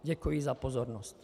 Děkuji za pozornost.